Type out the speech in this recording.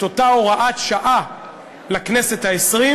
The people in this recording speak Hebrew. את אותה הוראת שעה לכנסת העשרים,